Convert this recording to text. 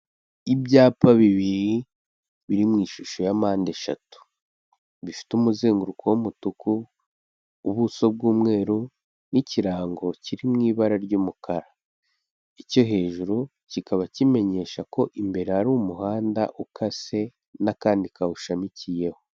Ibyapa bibiri biri mu ishusho ya mpande eshatu, bifite umuzenguruko w'umutuku, ubuso bw'umweru n'ikirango kiri mu ibara ry'umukara, icyo hejuru kikaba kimenyesha ko imbere hari umuhanda ukase n'akandi kawushamikiyeho.